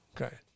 Okay